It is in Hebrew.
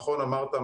נכון אמרת,